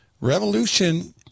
revolution